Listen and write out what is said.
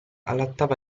allattava